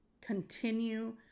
continue